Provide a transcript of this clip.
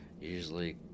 Usually